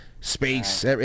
space